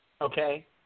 Okay